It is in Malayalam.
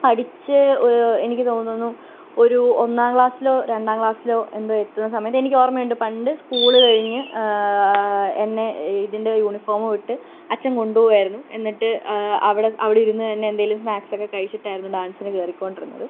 പഠിച്ചു എനിക്ക് തോന്നുന്നു ഒരു ഒന്നാം ക്ലാസ്സിലോ രണ്ടാം ക്ലാസ്സിലോ എന്തോ എത്തുന്ന സമയത്ത് എനിക്ക് ഓർമ്മയുണ്ട് പണ്ട് സ്കൂള് കഴിഞ്ഞ് എന്നെ ഇതിൻ്റെ യൂണിഫോമും ഇട്ട് അച്ഛൻ കൊണ്ടു പോവായിരുന്നു എന്നിട്ട് അവിടെ അവിടെ ഇരുന്ന് തന്നെ എന്തെങ്കിലും സ്നാക്സൊക്കെ കഴിച്ചിട്ടായിരുന്നു ഡാൻസിന് കയറിക്കൊണ്ടിരുന്നത്